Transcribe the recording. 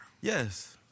Yes